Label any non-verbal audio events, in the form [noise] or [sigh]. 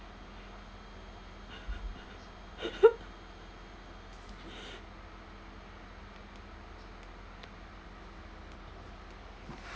[laughs]